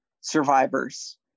survivors